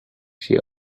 she